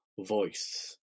voice